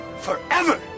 forever